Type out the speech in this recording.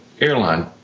airline